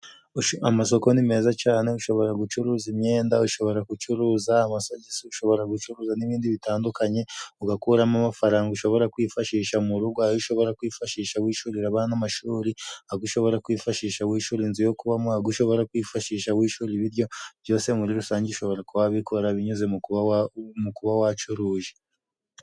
Amasoko ni meza cyane, ushobora gucuruza imyenda, ushobora gucuruza ama ushobora gucuruza n'ibindi bitandukanye, ugakuramo amafaranga, ushobora kwifashisha mu rugo, aho ushobora kwifashisha wishurira abana' amashuri, ushobora kwifashisha wishyu inzu, yo kuba ushobora kwifashisha wi'ishura ibiryo, byose muri rusange ushobora kuba wabikora binyuze mu mu kuba wacuruje.